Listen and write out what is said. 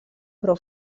però